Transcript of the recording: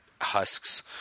husks